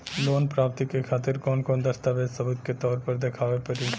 Loan प्राप्ति के खातिर कौन कौन दस्तावेज सबूत के तौर पर देखावे परी?